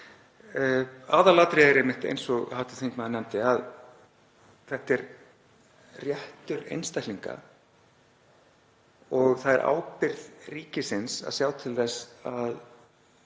Aðalatriðið er einmitt, eins og hv. þingmaður nefndi, að þetta er réttur einstaklinga og það er ábyrgð ríkisins að sjá til þess að